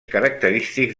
característics